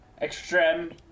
Extreme